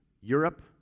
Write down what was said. Europe